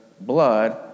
blood